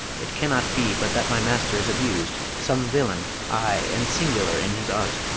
it cannot be but that my master is abus'd. some villain, ay, and singular in his art,